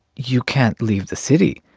you can't leave the city,